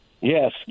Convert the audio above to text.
Yes